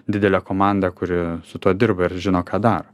didelę komandą kuri su tuo dirba ir žino ką daro